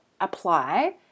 apply